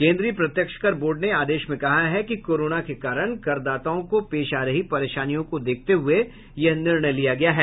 केन्द्रीय प्रत्यक्ष कर बोर्ड ने आदेश में कहा है कि कोरोना के कारण करदाताओं को पेश आ रही परेशानियों को देखते हुए यह निर्णय लिया गया है